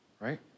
right